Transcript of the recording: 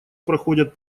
проходят